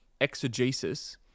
exegesis